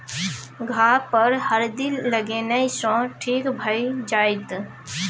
घाह पर हरदि लगेने सँ ठीक भए जाइत